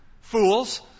Fools